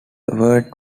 word